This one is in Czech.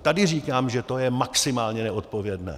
Tady říkám, že to je maximálně neodpovědné!